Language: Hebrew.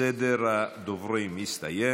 סדר הדוברים הסתיים.